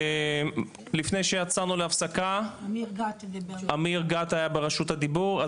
לפני שיצאנו להפסקה אמיר גת היה ברשות הדיבור,